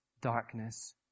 darkness